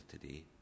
today